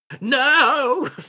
No